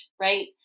right